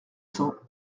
cents